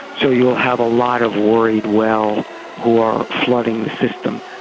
so you will have a lot of worried well who are flooding the system.